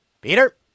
Peter